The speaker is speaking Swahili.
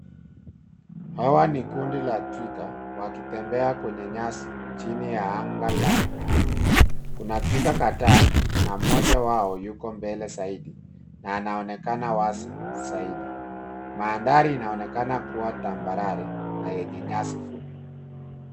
Hawa ni kundi la twiga , wakitembea kwenye nyasi ,chini ya anga la blue .Kuna twiga kadhaa na mmoja wao yuko mbele zaidi, na anaonekana wazi zaidi. mandhari inaonekana kuwa tambarare na yenye nyasi fupi.